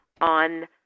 on